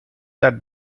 that